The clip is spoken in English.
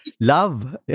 love